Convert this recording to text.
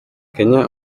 kenya